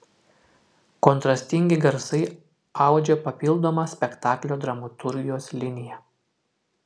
kontrastingi garsai audžia papildomą spektaklio dramaturgijos liniją